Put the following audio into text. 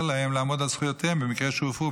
להם לעמוד על זכויותיהם במקרה שהופרו,